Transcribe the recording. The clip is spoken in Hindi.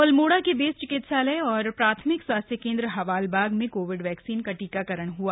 अल्मोड़ा के बेस चिकित्सालय और प्राथमिक स्वास्थ्य केंद्र हवालबाग में कोविड वैक्सीन का टीकाकरण हआ